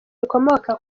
rikomoka